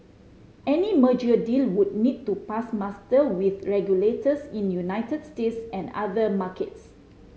any merger deal would need to pass muster with regulators in United States and other markets